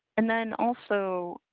and then also,